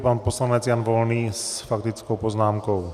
Pan poslanec Jan Volný s faktickou poznámkou.